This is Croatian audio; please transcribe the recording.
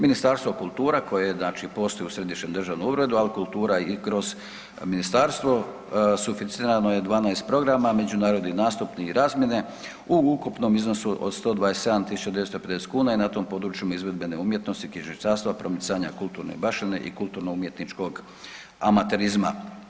Ministarstvo kultura, koja je znači postoji u Središnjem državnom uredu, Alkultura i kroz ministarstvo, sufinancirano je 12 programa, međunarodni, nastupni i razmjene u ukupnom iznosu od 127.950 kuna i na tom područjima izvedbene umjetnosti i knjižničarstva, promicanja kulturne baštine i kulturno umjetničkog amaterizma.